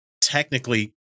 technically